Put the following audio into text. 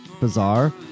bizarre